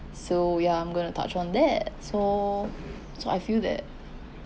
so ya I'm going to touch on that so so I feel that